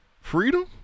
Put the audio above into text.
Freedom